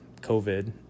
COVID